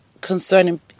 concerning